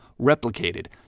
replicated